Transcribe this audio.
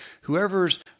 whoever's